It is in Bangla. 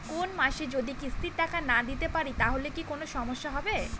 কোনমাসে যদি কিস্তির টাকা না দিতে পারি তাহলে কি কোন সমস্যা হবে?